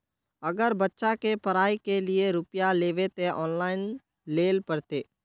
अगर बच्चा के पढ़ाई के लिये रुपया लेबे ते ऑनलाइन लेल पड़ते?